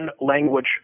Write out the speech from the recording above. language